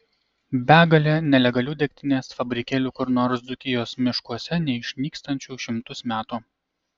begalė nelegalių degtinės fabrikėlių kur nors dzūkijos miškuose neišnykstančių šimtus metų